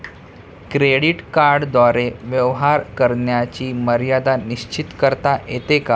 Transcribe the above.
Credit कार्डद्वारे व्यवहार करण्याची मर्यादा निश्चित करता येते का?